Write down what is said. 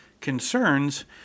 concerns